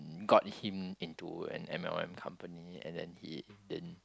got him into an m_l_m company and then he didn't